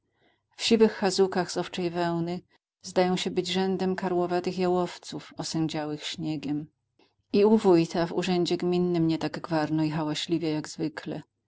w siwych chazukach z owczej wełny zdają się być rzędem karłowatych jałowców osendziałych śniegiem i u wójta w urzędzie gminnym nie tak gwarno i hałaśliwie jak zwykle